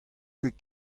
ket